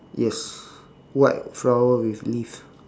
yes white flower with leaves